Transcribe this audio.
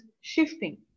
shifting